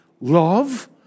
love